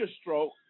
stroke